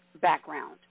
background